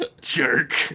Jerk